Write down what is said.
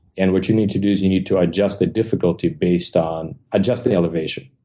and what you need to do is you need to adjust the difficulty based on adjust the elevation.